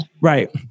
Right